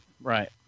right